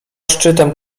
szczytem